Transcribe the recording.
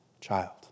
child